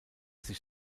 sich